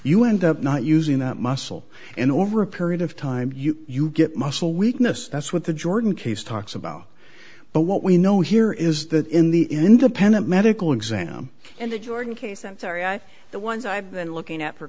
you end up not using that muscle and over a period of time you get muscle weakness that's what the jordan case talks about but what we know here is that in the independent medical exam and the jordan case i'm sorry i think the ones i've been looking at for